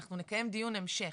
אנחנו נקיים דיון המשך,